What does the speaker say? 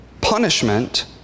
punishment